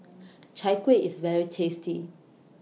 Chai Kuih IS very tasty